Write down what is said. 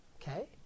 okay